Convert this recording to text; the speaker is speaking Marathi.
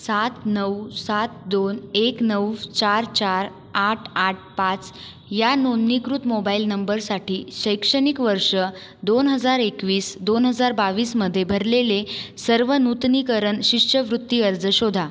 सात नऊ सात दोन एक नऊ चार चार आठ आठ पाच या नोदणीकृत मोबाईल नंबरसाठी शैक्षणिक वर्ष दोन हजार एकवीस दोन हजार बावीसमधे भरलेले सर्व नूतनीकरण शिष्यवृत्ती अर्ज शोधा